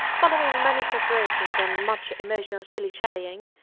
following many preparations and much emotional shilly-shallying,